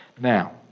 Now